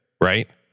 right